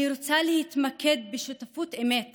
אני רוצה להתמקד בשותפות אמת